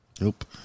nope